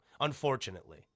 unfortunately